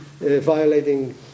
violating